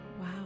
Wow